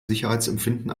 sicherheitsempfinden